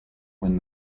when